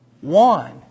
one